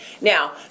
Now